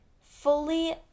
Fully